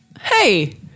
Hey